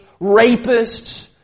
rapists